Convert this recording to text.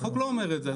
החוק לא אומר את זה.